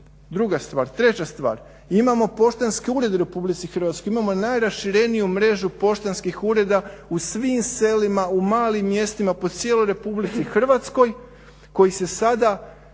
Druga stvar, treća stvar imamo poštanske urede u Republici Hrvatskoj. Imamo najrašireniju mrežu poštanskih ureda u svim selima, u malim mjestima po cijeloj Republici Hrvatskoj koji se sada